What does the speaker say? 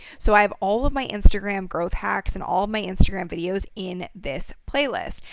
so i have all of my instagram growth hacks and all my instagram videos in this playlist.